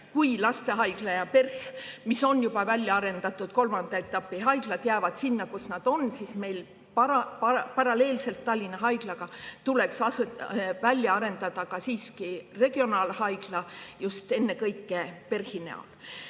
kui lastehaigla ja PERH, mis on juba välja arendatud kolmanda etapi haiglad, jäävad sinna, kus nad on, siis meil paralleelselt Tallinna Haiglaga tuleks välja arendada ka regionaalhaigla ennekõike just